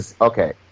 okay